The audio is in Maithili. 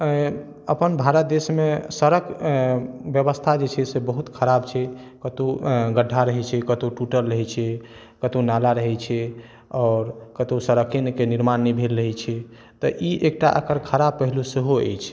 अपन भारत देश मे सड़क व्यवस्था जे छै से बहुत खराब छै कतौ गढ्ढा रहय छै कतौ टूटल रहै छै कतौ नाला रहै छै आओर कतौ सड़के के निर्माण नहि भेल रहै छै तऽ ई एकटा एकर खराब पहलू सेहो अछि